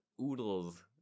oodles